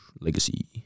Legacy